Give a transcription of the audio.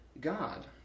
God